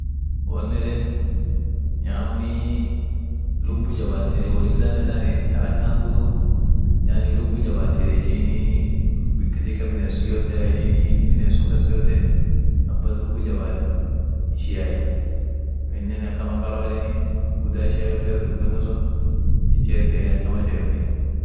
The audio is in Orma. wo eden nyaunii lubbu jabaati eden wolillanen daadeni haraka hinduutu, yani lubbu jabaati eden ishinii katika bines yote ishinii bines sun kas yote abban lubbu jabaat ishiay aminen akama qaroa edeni udan ishia yote dofenno sun hincherti yeden akam cheerti.